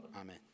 Amen